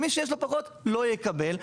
ומי שיש לו פחתו לא יקבל,